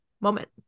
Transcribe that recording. moment